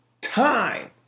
time